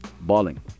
bowling